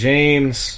James